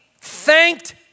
thanked